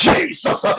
Jesus